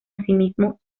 asimismo